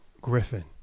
Griffin